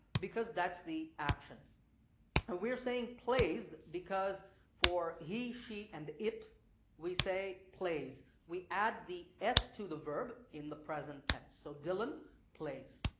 because that's the action, and but we're saying plays because for he she and it we say plays we add the s to the verb in the present tense, so dylan plays.